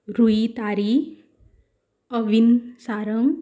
रुही तारी ओवीन सारंग